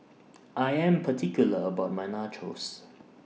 I Am particular about My Nachos